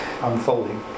unfolding